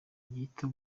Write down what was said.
gito